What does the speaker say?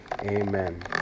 Amen